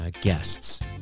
guests